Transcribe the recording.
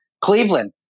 Cleveland